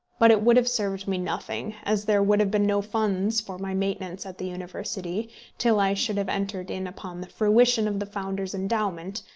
but it would have served me nothing, as there would have been no funds for my maintenance at the university till i should have entered in upon the fruition of the founder's endowment,